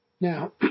Now